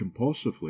compulsively